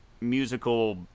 musical